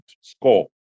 score